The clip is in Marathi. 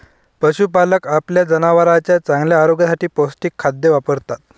पशुपालक आपल्या जनावरांच्या चांगल्या आरोग्यासाठी पौष्टिक खाद्य वापरतात